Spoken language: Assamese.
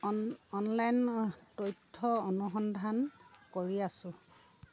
অন অনলাইন তথ্য অনুসন্ধান কৰি আছোঁ